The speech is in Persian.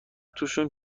توشون